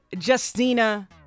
Justina